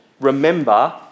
Remember